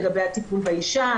לגבי הטיפול באישה,